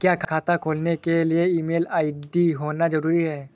क्या खाता के लिए ईमेल आई.डी होना जरूरी है?